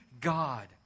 God